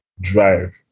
drive